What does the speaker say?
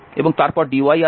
এবং তারপর dy আছে